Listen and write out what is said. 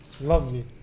Lovely